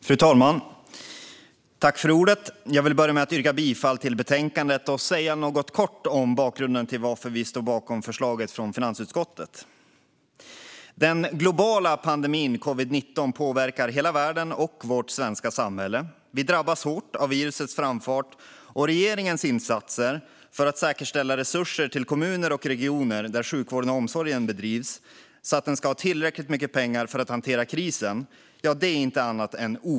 Fru talman! Jag vill börja med att yrka bifall till finansutskottets förslag i betänkandet och säga något kort om varför vi står bakom förslaget. Pandemin covid-19 påverkar hela världen och vårt svenska samhälle. Vi drabbas hårt av virusets framfart. Regeringens insatser för att säkerställa resurser är inte annat än ovärderliga. Man gör dem för att kommuner och regioner, där sjukvården bedrivs, ska ha tillräckligt mycket pengar för att hantera krisen.